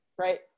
right